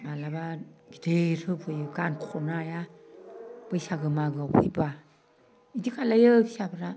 माब्लाबा गिदिर होफैयो गानखनो हाया बैसागो मागोआव फैब्ला इदि खालामो फिसाफोरा